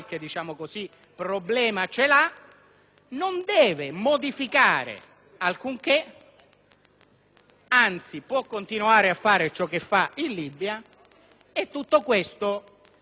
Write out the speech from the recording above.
anzi può continuare a fare ciò che fa in Libia, e tutto questo con l'accordo italiano. L'accordo italiano si traduce nella circostanza che